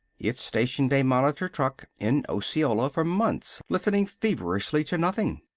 it stationed a monitor truck in osceola for months, listening feverishly to nothing.